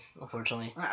unfortunately